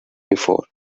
before